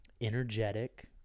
energetic